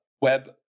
web